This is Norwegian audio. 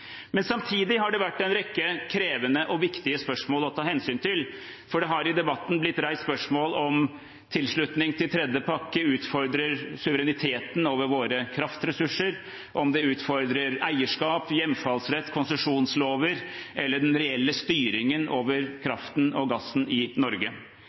Samtidig har det vært en rekke krevende og viktige spørsmål å ta hensyn til, for det har i debatten blitt reist spørsmål om tilslutningen til tredje pakke utfordrer suvereniteten over våre kraftressurser, om den utfordrer eierskap, hjemfallsrett, konsesjonslover eller den reelle styringen over kraften og gassen i Norge.